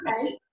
okay